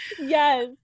Yes